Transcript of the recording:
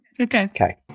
Okay